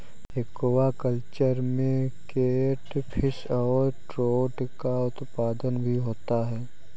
aquaculture में catfish और trout का उत्पादन भी होता है